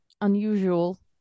unusual